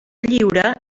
lliure